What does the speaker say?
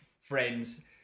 friends